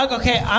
okay